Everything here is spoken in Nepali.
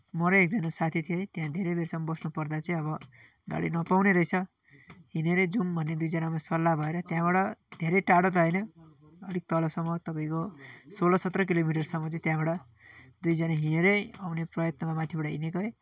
म र एकजना साथी थियौँ है त्यहाँ धेरै बेरसम्म बस्नुपर्दा चाहिँ अब गाडी नपाउने रहेस हिँडेरै जाउँ भन्ने दुईजनामा सल्लाह भएर त्यहाँबाट धेरै टाढो त होइन अलिक तलसम तपाईँको सोह्र सत्र किलोमिटरसम्म चाहिँ त्यहाँबाट दुईजना हिँड्दै आउने प्रयत्नमा माथिबाट हिँडेको है